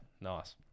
Nice